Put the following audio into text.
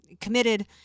committed